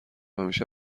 همیشه